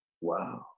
Wow